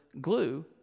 glue